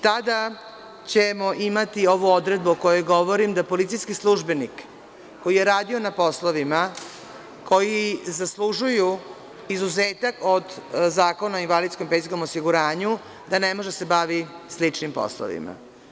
Tada ćemo imati ovu odredbu o kojoj govorim da policijski službenik koji je radio na poslovima koji zaslužuju izuzetak od Zakona o invalidsko-penzionom osiguranju da ne može da se bavi sličnim poslovima.